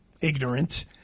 ignorant